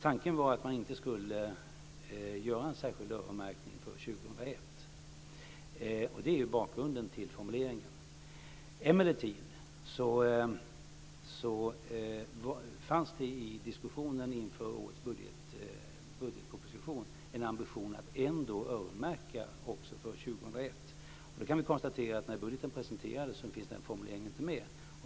Tanken var att det inte skulle göras en särskild öronmärkning för 2001. Det är bakgrunden till formuleringen. Emellertid fanns det i diskussionen inför årets budgetproposition en ambition att ändå öronmärka pengar också för 2001. Då kan vi konstatera att när budgeten presenterades fanns inte den formuleringen med.